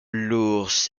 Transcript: l’ours